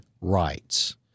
rights